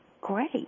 great